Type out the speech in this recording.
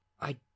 I